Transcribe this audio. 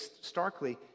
starkly